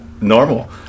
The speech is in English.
normal